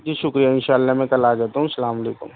جی شکریہ انشآء اللہ میں کل آ جاتا ہوں اسلام و علیکم